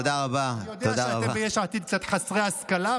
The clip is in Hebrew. אני יודע שאתם ביש עתיד קצת חסרי השכלה,